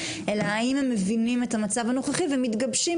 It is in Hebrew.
אלא האם הם מבינים את המצב הנוכחי ומתגבשים